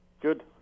Good